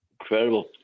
Incredible